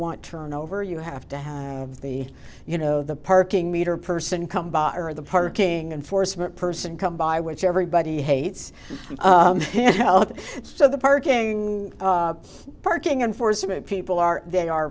to turn over you have to have the you know the parking meter person come by or the parking enforcement person come by which everybody hates so the parking parking enforcement people are they are